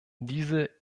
diese